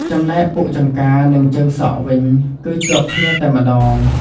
ចំណែកពុកចង្កានិងជើងសក់វិញ គឺជាប់គ្នាតែម្តង។